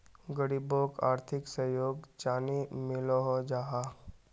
गरीबोक आर्थिक सहयोग चानी मिलोहो जाहा?